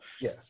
Yes